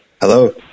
Hello